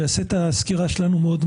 הצעת חוק המכר (דירות) (תיקון הצמדת הדירה למדד),